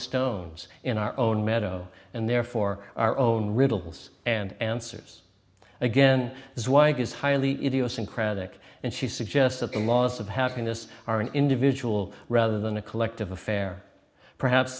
stones in our own meadow and therefore our own riddles and answers again zweig is highly idiosyncratic and she suggests that the laws of happiness are an individual rather than a collective affair perhaps